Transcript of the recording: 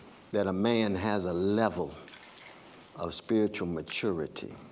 that a man has a level of spiritual maturity